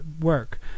work